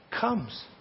comes